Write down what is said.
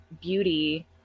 beauty